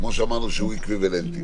כמו שאמרנו שהוא אקוויוולנטי.